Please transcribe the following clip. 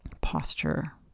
posture